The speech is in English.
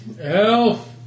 Elf